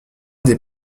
des